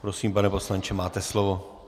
Prosím, pane poslanče, máte slovo.